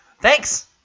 Thanks